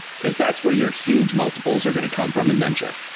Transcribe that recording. because that's where your huge multiples are going to come from in venture.